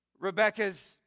Rebecca's